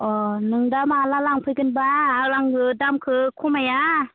नों दा माला लांफैगोनबा आरो आंबो दामखौ खमाया